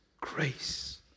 grace